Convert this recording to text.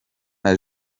nta